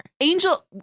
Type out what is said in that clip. Angel